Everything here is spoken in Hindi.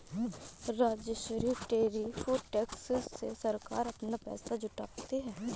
राजस्व टैरिफ टैक्स से सरकार अपना पैसा जुटाती है